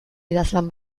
idazlan